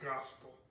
gospel